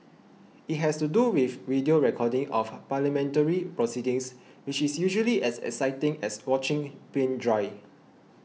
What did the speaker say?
it has to do with video recordings of parliamentary proceedings which is usually as exciting as watching paint dry